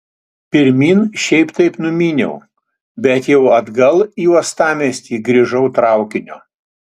pirmyn šiaip taip numyniau bet jau atgal į uostamiestį grįžau traukiniu